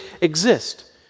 exist